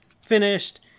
finished